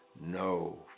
no